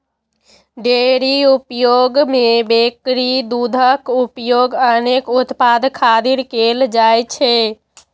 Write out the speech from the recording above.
dairy उद्योग मे बकरी दूधक उपयोग अनेक उत्पाद खातिर कैल जाइ छै